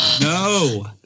no